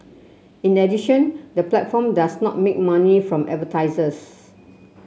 in addition the platform does not make money from advertisers